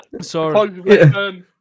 sorry